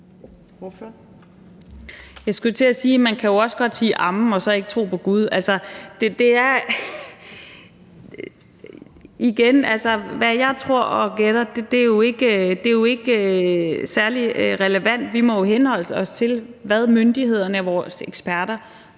man jo også kan sige amen og så ikke tro på gud. Igen, hvad jeg tror og gætter, er ikke særlig relevant, men vi må jo henholde os til, hvad myndighederne, vores eksperter